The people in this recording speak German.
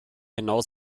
genau